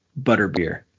Butterbeer